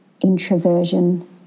introversion